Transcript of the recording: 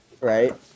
right